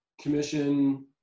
commission